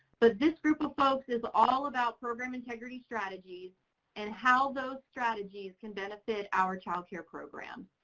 but this group of folks is all about program integrity strategies and how those strategies can benefit our child care program.